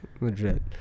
legit